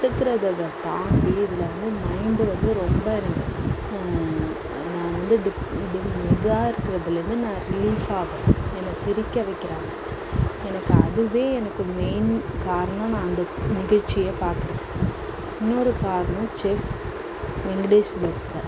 கற்றுக்குறத தாண்டி இதில் வந்து மைண்டு வந்து ரொம்ப எனக்கு நான் வந்து டிப் டிப் இதாக இருக்கிறதுலேந்து நான் ரிலீஃப் ஆவேன் என்ன சிரிக்க வைக்கிறாங்க எனக்கு அதுவே எனக்கு மெயின் காரணம் நான் அந்த நிகழ்ச்சியை பார்க்குறதுக்கு இன்னோரு காரணம் செஃப் வெங்கடேஷ் பட் சார்